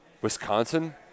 Wisconsin